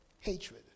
hatred